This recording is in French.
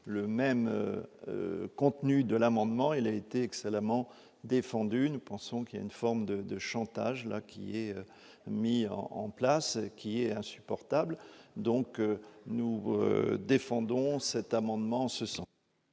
le même contenu de l'amendement, elle est excellemment défendu, nous pensons qu'il y a une forme de de chantage là qui est mis en en place qui est insupportable, donc nous défendons cet amendement en ce sens.